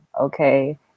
okay